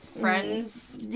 friends